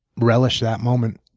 relish that moment,